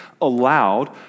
allowed